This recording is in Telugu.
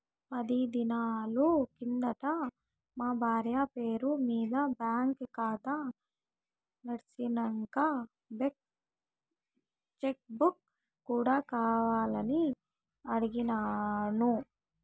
పది దినాలు కిందట మా బార్య పేరు మింద బాంకీ కాతా తెర్సినంక చెక్ బుక్ కూడా కావాలని అడిగిన్నాను